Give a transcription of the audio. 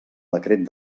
decret